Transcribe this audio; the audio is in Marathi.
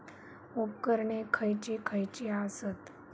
उपकरणे खैयची खैयची आसत?